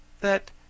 that